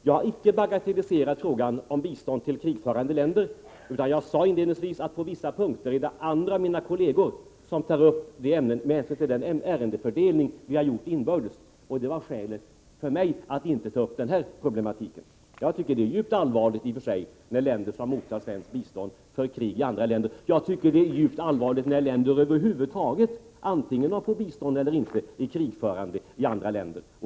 Jag har heller inte bagatelliserat frågan om bistånd till krigförande länder, utan jag sade inledningsvis att kolleger till mig kommer att ta upp andra punkter i betänkandet, med hänsyn till den ärendefördelning vi har gjort inbördes. Det var skälet för mig att inte ta upp den problematiken. Jag tycker att det är djupt allvarligt i och för sig när länder som mottar svenskt bistånd för krig i andra länder. Jag tycker att det är djupt allvarligt när länder över huvud taget, antingen de får bistånd eller inte, för krig i andra länder.